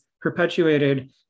perpetuated